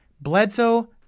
Bledsoe